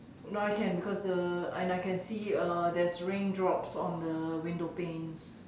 no I can because uh and I can see uh there's raindrops on the window panes